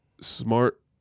smart